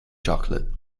chocolate